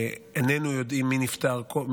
ואיננו יודעים מי נפטר קודם,